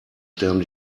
sterben